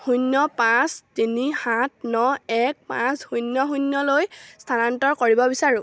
শূন্য পাঁচ তিনি সাত ন এক পাঁচ শূন্য শূন্যলৈ স্থানান্তৰ কৰিব বিচাৰোঁ